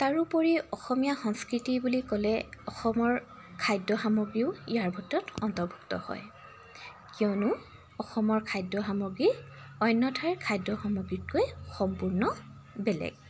তাৰোপৰি অসমীয়া সংস্কৃতি বুলি ক'লে অসমৰ খাদ্য সামগ্ৰীও ইয়াৰ ভিতৰত অন্তৰ্ভুক্ত হয় কিয়নো অসমৰ খাদ্য সামগ্ৰী অন্য ঠাইৰ খাদ্য সামগ্ৰীতকৈ সম্পূৰ্ণ বেলেগ